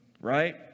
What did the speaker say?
right